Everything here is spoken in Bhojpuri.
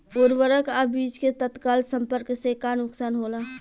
उर्वरक अ बीज के तत्काल संपर्क से का नुकसान होला?